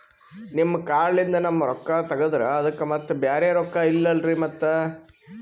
ನಿಮ್ ಕಾರ್ಡ್ ಲಿಂದ ನಮ್ ರೊಕ್ಕ ತಗದ್ರ ಅದಕ್ಕ ಮತ್ತ ಬ್ಯಾರೆ ರೊಕ್ಕ ಇಲ್ಲಲ್ರಿ ಮತ್ತ?